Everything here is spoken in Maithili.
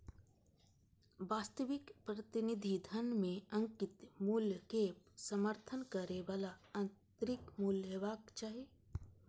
वास्तविक प्रतिनिधि धन मे अंकित मूल्यक समर्थन करै बला आंतरिक मूल्य हेबाक चाही